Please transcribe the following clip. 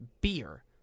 beer